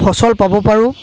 ফচল পাব পাৰোঁ